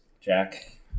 Jack